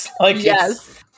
Yes